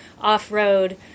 off-road